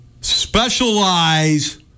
specialize